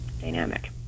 dynamic